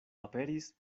aperis